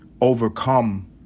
overcome